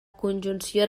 conjunció